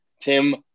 Tim